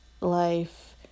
life